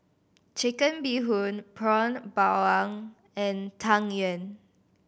Chicken Bee Hoon Prata Bawang and Tang Yuen